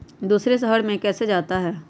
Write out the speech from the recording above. दूसरे शहर मे कैसे जाता?